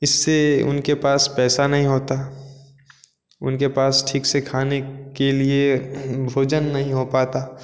इससे उनके पास पैसा नहीं होता उनके पास ठीक से खाने के लिए भोजन नहीं हो पाता